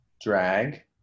drag